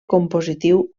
compositiu